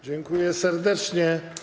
Dziękuję serdecznie.